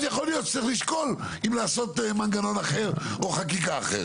אז יכול להיות שצריך לשקול אם לעשות מנגנון אחר או חקיקה אחרת.